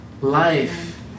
life